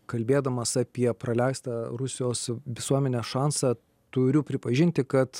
kalbėdamas apie praleistą rusijos visuomenės šansą turiu pripažinti kad